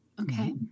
Okay